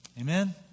Amen